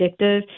addictive